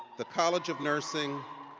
the college of nursing,